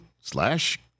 slash